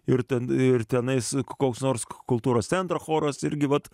ir ten ir tenai su koks nors kultūros centro choras irgi vat